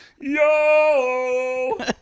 yo